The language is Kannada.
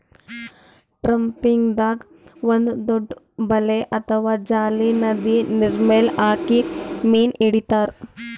ಟ್ರಾಪಿಂಗ್ದಾಗ್ ಒಂದ್ ದೊಡ್ಡ್ ಬಲೆ ಅಥವಾ ಜಾಲಿ ನದಿ ನೀರ್ಮೆಲ್ ಹಾಕಿ ಮೀನ್ ಹಿಡಿತಾರ್